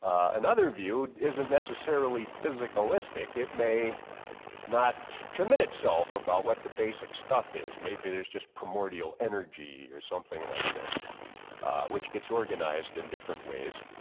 another viewed isn't necessarily physicalistic. it may not commit itself about what the basic stuff is. maybe there's just primordial energy or something like this which gets organized in different ways.